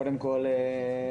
קודם כול,